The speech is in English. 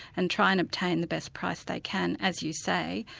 and try and obtain the best price they can, as you say,